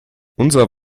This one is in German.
unser